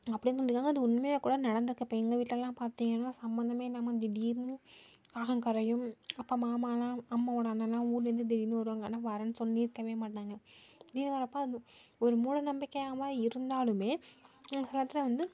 அப்படின் அது உண்மையாக கூட நடந்துயிருக்கு இப்போ எங்கள் வீட்லலாம் பார்த்தீங்கன்னா சம்மந்தமே இல்லாம திடீர்ன்னு காகம் கரையும் அப்போ மாமாலாம் அம்மாவோட அண்ணலாம் ஊர்லந்து திடீர்ன்னு வருவாங்க ஆனா வரேன்னு சொல்லியிருக்கவே மாட்டாங்க இது வரப்போ அந்துப் ஒரு மூடநம்பிக்கையாவாக இருந்தாலுமே சில நேரத்தில் வந்து